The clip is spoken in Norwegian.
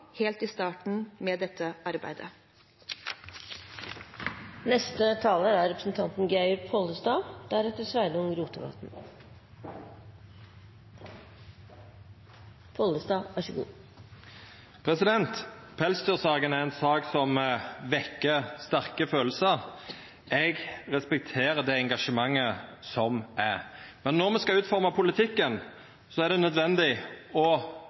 med dette arbeidet. Pelsdyrsaka er ei sak som vekkjer sterke kjensler. Eg respekterer det engasjementet som er. Men når me skal utforma politikken, er det nødvendig for meg å